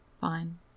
fine